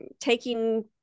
taking